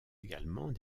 également